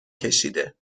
کشیده